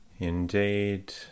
Indeed